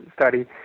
study